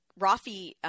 Rafi